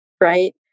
right